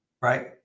right